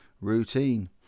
routine